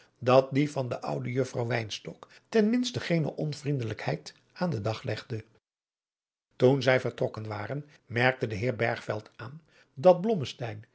dat die van de oude juffrouw wynstok ten minste geene onvriendelijkheid aan den dag legde adriaan loosjes pzn het leven van johannes wouter blommesteyn toen zij vertrokken waren merkte de heer bergveld aan dat